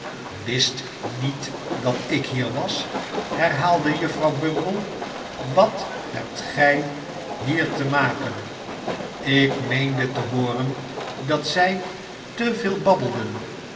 wist niet dat ik hier was herhaalde juffrouw bumble wat hebt gij hier te maken ik meende te hooren dat zij te veel babbelden